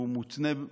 הוא מותנה,